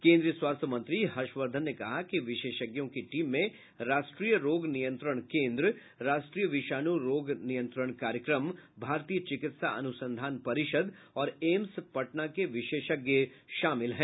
केन्द्रीय स्वास्थ्य मंत्री हर्षवर्धन ने कहा कि विशेषज्ञों की टीम में राष्ट्रीय रोग नियंत्रण केन्द्र राष्ट्रीय विषाणु रोग नियंत्रण कार्यक्रम भारतीय चिकित्सा अनुसंधान परिषद और एम्स पटना के विशेषज्ञ शामिल हैं